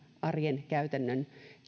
arjen ja käytännön